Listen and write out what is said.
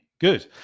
good